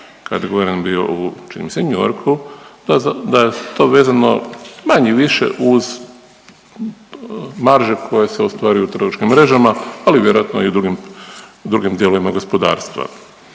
guverner bio čini mi se New Yorku, da je to vezano manje-više uz marže koje se ostvaruju u trgovačkim mrežama, ali vjerojatno i u drugim dijelovima gospodarstva.